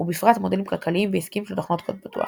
ובפרט מודלים כלכליים ועסקיים של תוכנות קוד פתוח.